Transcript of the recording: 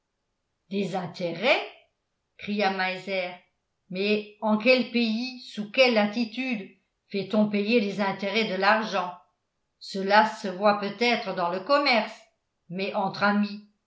des intérêts cria meiser mais en quel pays sous quelle latitude fait-on payer les intérêts de l'argent cela se voit peut-être dans le commerce mais entre amis